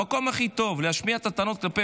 המקום הכי טוב להשמיע את הטענות כלפי